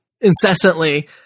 incessantly –